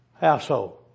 household